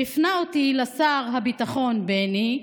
שהפנה אותי לשר הביטחון בני,